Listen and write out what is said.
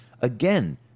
Again